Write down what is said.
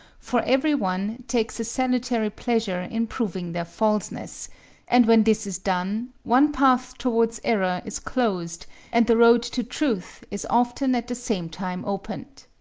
for every one takes a salutary pleasure in proving their falseness and when this is done, one path towards error is closed and the road to truth is often at the same time opened.